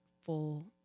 full